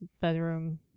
bedroom